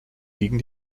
gegen